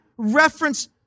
Reference